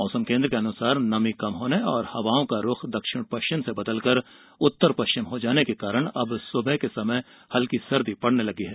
मौसम केन्द्र के अनुसार नमी कम होने और हवाओं का रुख दक्षिण पश्चिम से बदलकर उत्तर पश्चिम हो जाने के कारण सुबह हल्की सर्दी पड़ने लगी है